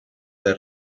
del